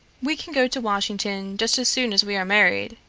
we can go to washington just as soon as we are married,